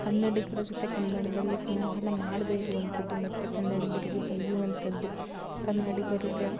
ಕನ್ನಡಿಗರ ಜೊತೆ ಕನ್ನಡದಲ್ಲೇ ಸಂವಹನ ಮಾಡದೇ ಇರುವಂಥದ್ದು ಮತ್ತೆ ಕನ್ನಡಿಗರಿಗೆ ಬಯ್ಯುವಂಥದ್ದು ಕನ್ನಡಿಗರಿಗೆ